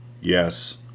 Yes